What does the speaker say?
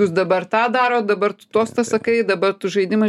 jūs dabar tą darot dabar tostą sakai dabar tu žaidimą